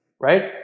right